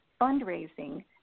fundraising